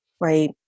Right